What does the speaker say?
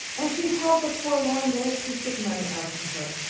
and she held the forlorn little piece of money out to her.